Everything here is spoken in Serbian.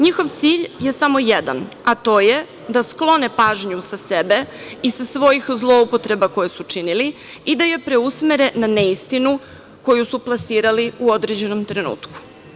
Njihov cilj je samo jedan, a to je da sklone pažnju sa sebe i sa svojih zloupotreba koje su činili i da je preusmere na neistinu koju su plasirali u određenom trenutku.